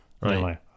right